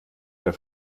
per